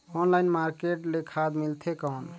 Online market ले खाद मिलथे कौन?